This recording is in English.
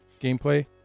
gameplay